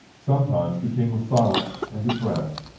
sometimes the king was silent and depressed.